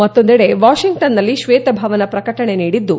ಮತ್ತೊಂದೆಡೆ ವಾಷಿಂಗ್ಟನ್ನಲ್ಲಿ ಶ್ವೇತಭವನ ಪ್ರಕಟಣೆ ನೀಡಿದ್ದು